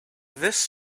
this